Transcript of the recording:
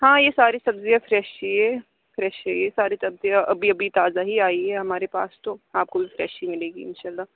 ہاں یہ ساری سبزیاں فریش ہی ہے فریش ہے یہ ساری سبزیاں ابھی ابھی تازہ ہی آئی ہے ہمارے پاس تو آپ کو بھی فریش ہی ملے گی اِنشاء اللہ